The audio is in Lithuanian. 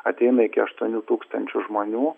ateina iki aštuonių tūkstančių žmonių